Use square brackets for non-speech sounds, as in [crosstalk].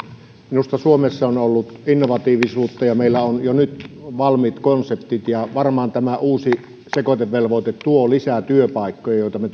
minusta suomessa on ollut innovatiivisuutta ja meillä on jo nyt valmiit konseptit ja varmaan tämä uusi sekoitevelvoite tuo lisää työpaikkoja joita me [unintelligible]